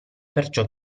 perciò